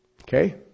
Okay